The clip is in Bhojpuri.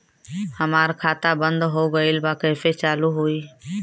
हमार खाता बंद हो गईल बा कैसे चालू होई?